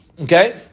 Okay